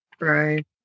Right